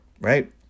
right